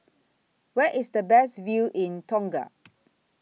Where IS The Best View in Tonga